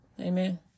Amen